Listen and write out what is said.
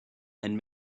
and